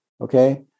okay